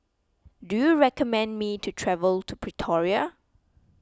do you recommend me to travel to Pretoria